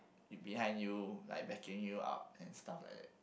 it behind you like backing you up and stuff like that